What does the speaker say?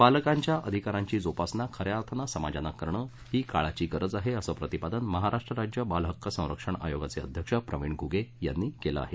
बालकांच्या अधिकारांची जोपासना खऱ्या अर्थानं समाजानं करणं ही काळाची गरज आहे असं प्रतिपादन महाराष्ट्र राज्य बाल हक्क संरक्षण आयोगाचे अध्यक्ष प्रवीण घ्गे यांनी केलं आहे